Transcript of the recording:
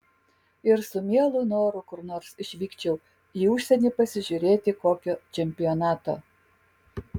ir su mielu noru kur nors išvykčiau į užsienį pasižiūrėti kokio čempionato